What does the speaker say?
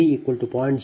03 B 12 0